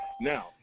Now